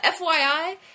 FYI